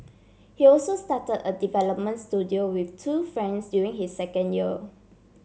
he also start a development studio with two friends during his second year